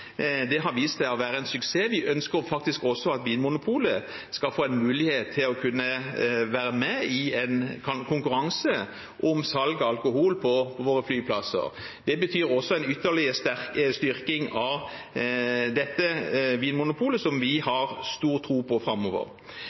Det har vist seg å være en suksess. Vi ønsker faktisk også at Vinmonopolet skal få en mulighet til å kunne være med i en konkurranse om salg av alkohol på våre flyplasser. Det betyr en ytterligere styrking av Vinmonopolet, som vi har stor tro på framover.